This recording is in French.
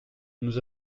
nous